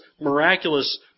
miraculous